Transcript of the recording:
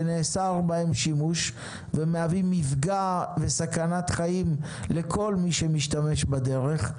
שנאסר בהם שימוש ומהווים מפגע וסכנת חיים לכל מי שמשתמש בדרך,